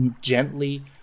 gently